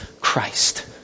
Christ